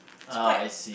it's quite